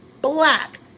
Black